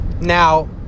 Now